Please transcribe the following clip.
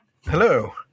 Hello